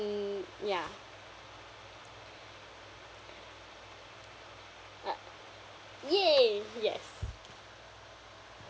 mm ya uh !yay! yes